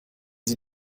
sie